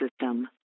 system